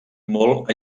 molt